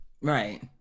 right